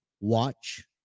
watch